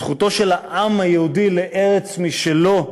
זכותו של העם היהודי לארץ משלו,